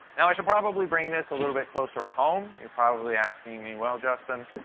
now, i should probably bring this a little bit closer to home. you're probably asking me, well, justin,